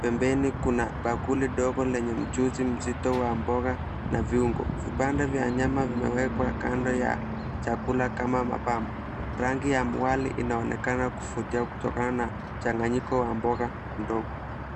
pembeni kuna bakuli dogo lenye mchuzi mzito wa mboga na viungo. Vipande vya nyama vimewekwa kando ya chakula kama mapambo. Rangi ya muwali inaonekana kuvutia kutokana na mchanganyiko wa mboga ndogo.